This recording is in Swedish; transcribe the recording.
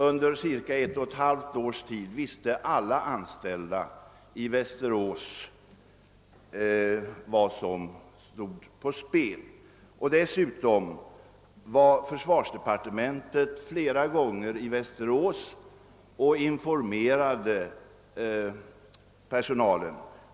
Under cirka ett och ett halvt års tid visste alla anställda i Västerås vad som förestod. Dessutom var representanter för försvarsdepartementet flera gånger i Västerås och informerade personalen.